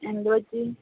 എന്തുപറ്റി